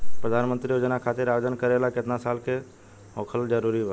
प्रधानमंत्री योजना खातिर आवेदन करे ला केतना साल क होखल जरूरी बा?